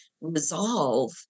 resolve